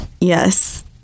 Yes